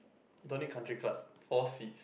don't need country club four seats